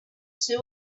two